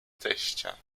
teścia